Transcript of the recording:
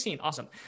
awesome